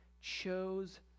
chose